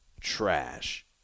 trash